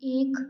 एक